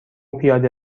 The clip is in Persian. پیاده